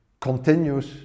continues